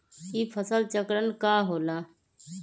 ई फसल चक्रण का होला?